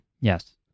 yes